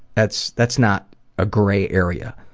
that's that's not a grey area.